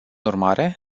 urmare